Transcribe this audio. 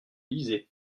lisez